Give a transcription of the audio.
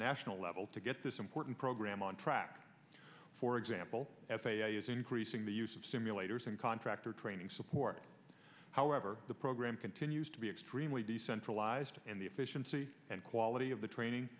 national level to get this important program on track for example f a a is increasing the use of simulators and contractor training support however the program continues to be extremely decentralized and the efficiency and quality of the training